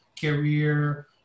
career